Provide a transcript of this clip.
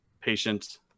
patient